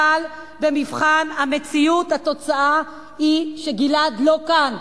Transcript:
אבל במבחן המציאות התוצאה היא שגלעד לא כאן.